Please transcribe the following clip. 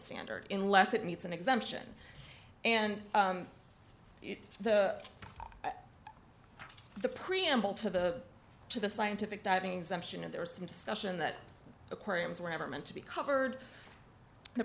standard in less it meets an exemption and the the preamble to the to the scientific diving exemption and there is some discussion that aquariums were never meant to be covered the